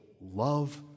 love